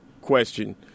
question